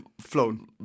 flown